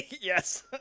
yes